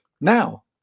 now